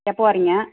எப்போ வர்றீங்க